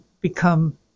become